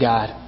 God